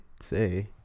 Say